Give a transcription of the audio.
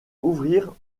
ouvrir